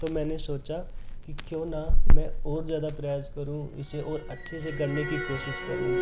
तो मैंने सोचा कि क्यों न मैं और ज़्यादा प्रयास करूँ इसे और अच्छे से करने की कोशिश करूँ